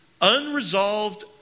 Unresolved